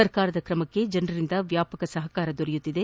ಸರ್ಕಾರದ ತ್ರಮಕ್ಷೆ ಜನರಿಂದ ವ್ಯಾಸಕ ಸಹಕಾರ ದೊರೆಯುತ್ತಿದೆ